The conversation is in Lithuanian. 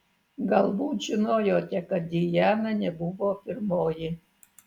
galbūt žinojote kad diana nebuvo pirmoji